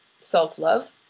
self-love